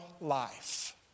life